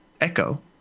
Echo